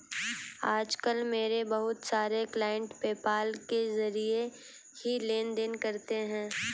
आज कल मेरे बहुत सारे क्लाइंट पेपाल के जरिये ही लेन देन करते है